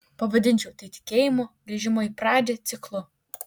pavadinčiau tai tikėjimo grįžimo į pradžią ciklu